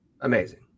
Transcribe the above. amazing